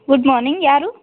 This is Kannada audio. ಗುಡ್ ಮಾರ್ನಿಂಗ್ ಯಾರು